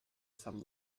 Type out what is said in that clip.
some